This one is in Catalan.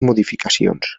modificacions